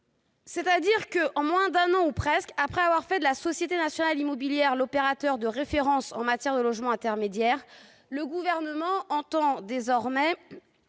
Autrement dit, moins d'un an ou presque après avoir fait de la société nationale immobilière l'opérateur de référence en matière de logement intermédiaire, le Gouvernement entend désormais